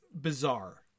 bizarre